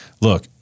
look